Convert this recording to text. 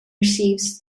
receives